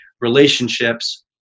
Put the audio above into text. relationships